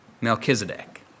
Melchizedek